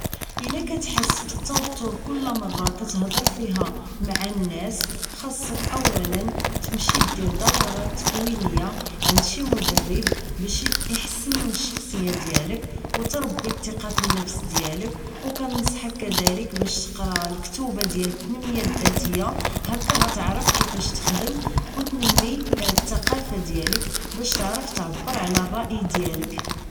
الا كاتحس بالتوتر كلما مرة كتهضر فيها مع الناس خصك اولا تمشي دير دورات تكوينية عند شي مدرب باش احسن من الشخصية ديالك و تربي التقة فالنفس ديالك وكنصحك كدالك باش تقرا الكتوبة ديال التنمية الذاتية هكا غتعرف كيفاش تخدم و تنمي التقافة ديالك باش تعرف تعبر على الرأي ديالك